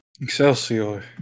Excelsior